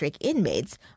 Inmates